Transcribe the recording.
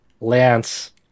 Lance